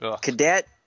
Cadet